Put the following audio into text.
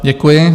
Děkuji.